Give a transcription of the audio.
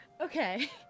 okay